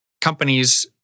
companies